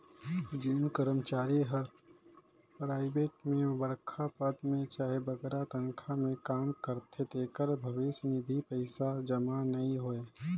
जेन करमचारी हर पराइबेट में बड़खा पद में चहे बगरा तनखा में काम करथे तेकर भविस निधि पइसा जमा नी होए